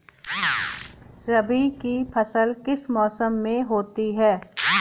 रबी की फसल किस मौसम में होती है?